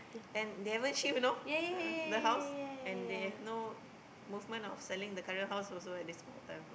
and they haven't shift you know uh the house and they no movement of selling the current house also at this point of time